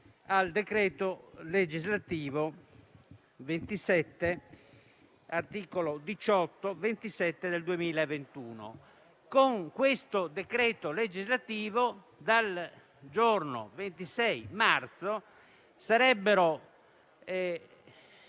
del decreto legislativo n. 27 del 2021. Con questo decreto legislativo, dal giorno 26 marzo sarebbero